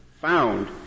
found